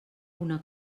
una